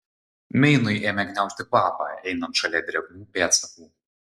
meinui ėmė gniaužti kvapą einant šalia drėgnų pėdsakų